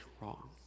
wrong